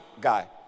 guy